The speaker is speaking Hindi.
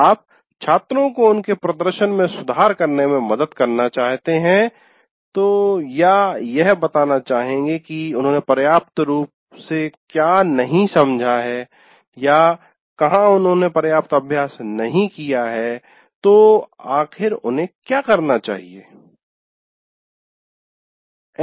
आप छात्रों को उनके प्रदर्शन में सुधार करने में मदद करना चाहते हैं या यह बताना चाहेंगे कि उन्होंने पर्याप्त रूप क्या नहीं समझा है या कहाँ उन्होंने पर्याप्त अभ्यास नहीं किया है तो आखिर उन्हें करना क्या चाहिए था